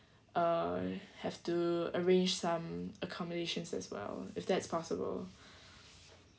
uh have to arrange some accommodations as well if that's possible